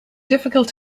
difficult